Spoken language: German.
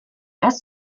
dns